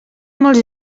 molts